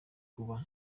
kuba